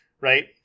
right